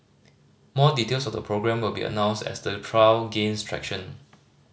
more details of the programme will be announced as the trial gains traction